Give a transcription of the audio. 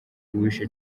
uwishe